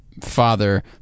father